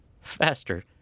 faster